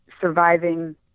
surviving